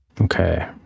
Okay